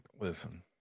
Listen